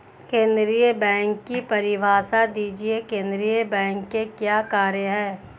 केंद्रीय बैंक की परिभाषा दीजिए केंद्रीय बैंक के क्या कार्य हैं?